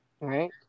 right